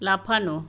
লাফানো